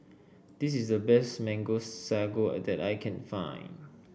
this is the best Mango Sago that I can find